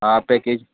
आ package